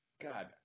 God